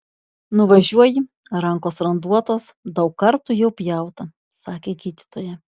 nuvažiuoji rankos randuotos daug kartų jau pjauta sakė gydytoja